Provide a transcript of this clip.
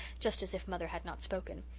just as if mother had not spoken.